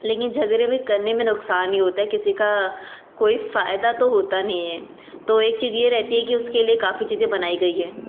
लेकिन झगड़े में करने में नुकसान ही होता है किसी का कोई फायदा तो होता नहीं है तो एक चीज ये रहती कि उसके लिए काफ़ी चीज़ें बनाई गई हैं